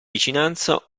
vicinanza